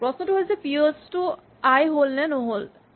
প্ৰশ্নটো হৈছে পিঅ'ছ টো আই হ'ল নে নহ'ল